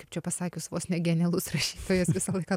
kaip čia pasakius vos ne genialus rašytojas visą laiką